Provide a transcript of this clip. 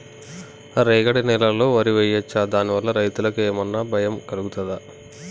రాగడి నేలలో వరి వేయచ్చా దాని వల్ల రైతులకు ఏమన్నా భయం కలుగుతదా?